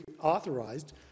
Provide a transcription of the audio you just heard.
authorized